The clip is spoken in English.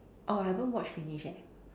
orh I haven't watch finish eh